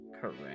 Correct